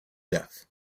death